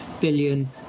billion